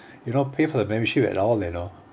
you know pay for the membership at all you know